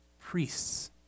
priests